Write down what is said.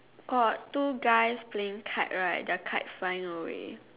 got two guys playing kites right their kite flying away